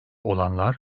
olanlar